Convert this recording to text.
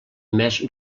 més